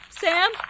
Sam